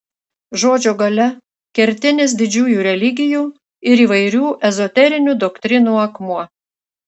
žodžio galia kertinis didžiųjų religijų ir įvairių ezoterinių doktrinų akmuo